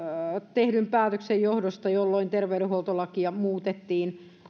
tehdyn päätöksen johdosta jolloin terveydenhuoltolakia muutettiin